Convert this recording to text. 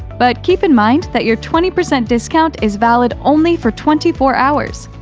but keep in mind that your twenty percent discount is valid only for twenty four hours.